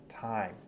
time